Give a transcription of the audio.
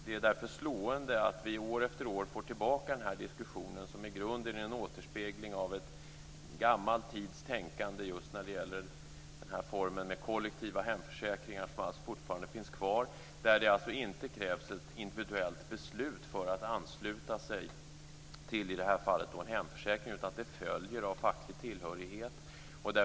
Det är därför slående att vi år efter år får tillbaka den här diskussionen som i grunden är en återspegling av en gammal tids tänkande just när det gäller den form med kollektiva hemförsäkringar som alltså fortfarande finns kvar och där det inte krävs ett individuellt beslut för anslutning till, i det här fallet, en hemförsäkring, utan det följer av facklig tillhörighet.